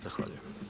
Zahvaljujem.